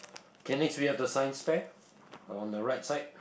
okay next we have the Science fair on the right side